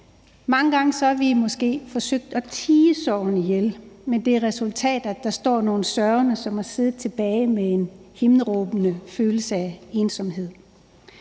mange gange forsøgt at tie sorgen ihjel med det resultat, at der står nogle sørgende tilbage med en himmelråbende følelse af ensomhed.